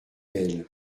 elle